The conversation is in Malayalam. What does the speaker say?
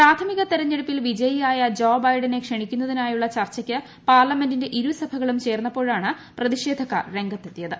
പ്രാഥമിക തെരഞ്ഞെടുപ്പിൽ വിജയിയായ ക്ഷണിക്കുന്നതിനായുള്ള ചർച്ചയ്ക്ക് പാർല്ലമെന്റിന്റെ ഇരുസഭകളും ചേർന്നപ്പോഴാണ് പ്രതിഷേധക്കാർ രംഗത്തെത്തിയത്